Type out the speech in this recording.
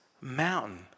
mountain